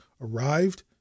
arrived